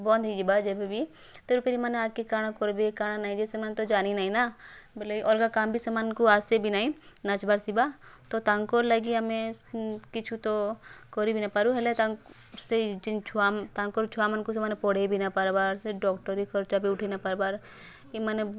ବନ୍ଦ ହେଇ ଯିବା ଯେବେ ବି ତେଣୁ କରି ଏମାନେ ଆଗ୍କେ କାଣା କରିବେ କାଣା ନାଇବେ ସେମାନେ ତ ଜାନି ନାଇଁ ନା ବୋଲେ ଅଲ୍ଗା କାମ୍ ବି ସେମାନଙ୍କୁ ଆସେ ବି ନାଇଁ ନାଚ୍ବାର ଥିବା ତ ତାଙ୍କ ଲାଗି ଆମେ ହୁଁ କିଛୁ ତ କରି ବି ନ ପାରୁ ହେଲେ ତାଙ୍କୁ ସେ ଜିନ୍ ଛୁଆ ତାଙ୍କର ଛୁଆମାନଙ୍କୁ ସେମାନେ ପଡ଼େଇ ବି ନା ପାର୍ବାର୍ ଏ ଡ଼କ୍ଟରୀ ଖର୍ଚ୍ଚା ବି ଉଠାଇ ନା ପାର୍ବାର୍ ଏମାନେ